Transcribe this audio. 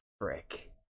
Frick